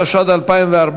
התשע"ד 2014,